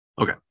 Okay